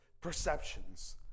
perceptions